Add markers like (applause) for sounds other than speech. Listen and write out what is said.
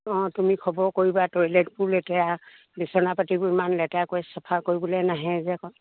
অঁ তুমি খবৰ কৰিবা টয়লেটবোৰ লেতেৰা বিচনা পাতিবোৰ ইমান লেতেৰা কৈ চাফা কৰিবলে নাহে যে (unintelligible)